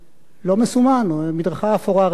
לא מסומן, המדרכה אפורה רגילה,